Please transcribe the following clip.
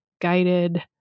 guided